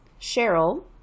Cheryl